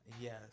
Yes